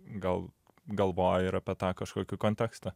gal galvoji ir apie tą kažkokį kontekstą